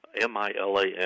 M-I-L-A-N